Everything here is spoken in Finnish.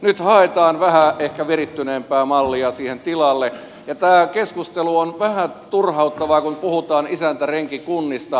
nyt haetaan ehkä vähän virittyneempää mallia siihen tilalle ja tämä keskustelu on vähän turhauttavaa kun puhutaan isäntärenki kunnista